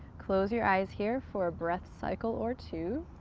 close your eyes here for a breath cycle or two.